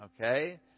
Okay